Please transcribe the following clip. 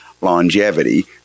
longevity